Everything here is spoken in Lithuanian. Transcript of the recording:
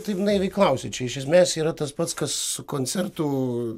taip naiviai klausiu čia iš esmės yra tas pats kas su koncertų